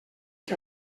que